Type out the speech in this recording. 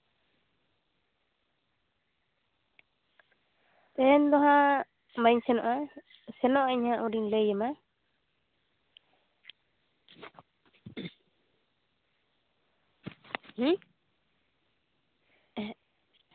ᱛᱮᱦᱮᱧ ᱫᱚ ᱦᱟᱸᱜ ᱵᱟᱹᱧ ᱥᱮᱱᱚᱜᱼᱟ ᱥᱮᱱᱚᱜ ᱟᱹᱧ ᱦᱟᱸᱜ ᱩᱱ ᱨᱮᱧ ᱞᱟᱹᱭᱟᱢᱟ